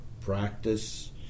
practice